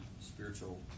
spiritual